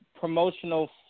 promotional